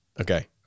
Okay